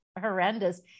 horrendous